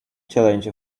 challenge